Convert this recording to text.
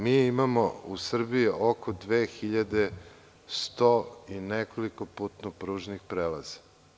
Mi imamo u Srbiji oko 2.100 i nekoliko putno-pružnih prelaza.